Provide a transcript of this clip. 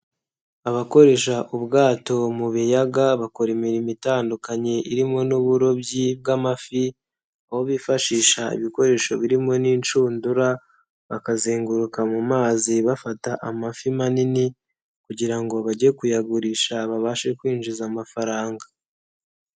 Abakoresha ubwato mu biyaga bakora imirimo itandukanye irimo n'uburobyi bw'amafi, aho bifashisha ibikoresho birimo n'inshundura, bakazenguruka mu mazi bafata amafi manini, kugira ngo bajye kuyagurisha babashe kwinjiza amafaranga.